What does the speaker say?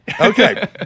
Okay